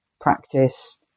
practice